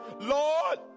Lord